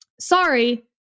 Sorry